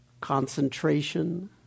concentration